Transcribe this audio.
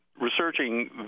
researching